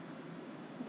right now